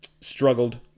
Struggled